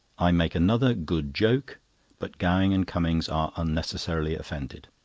i make another good joke but gowing and cummings are unnecessarily offended.